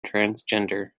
transgender